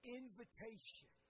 invitation